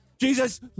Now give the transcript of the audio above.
Jesus